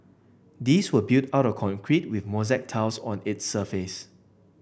these were built out of concrete with mosaic tiles on its surface